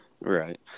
right